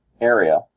area